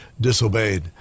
disobeyed